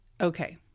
okay